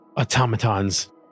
automatons